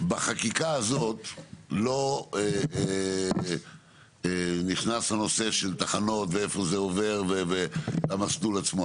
בחקיקה הזאת לא נכנס הנושא של תחנות ואיפה זה עובר והמסלול עצמו,